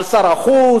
על שר החוץ.